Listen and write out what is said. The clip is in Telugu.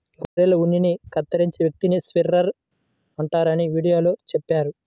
గొర్రెల ఉన్నిని కత్తిరించే వ్యక్తిని షీరర్ అంటారని వీడియోలో చెప్పారు